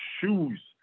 shoes